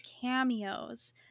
cameos